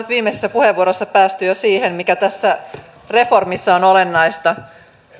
viimeisessä puheenvuorossa päästy jo siihen mikä tässä reformissa on olennaista